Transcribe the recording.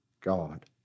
God